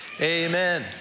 Amen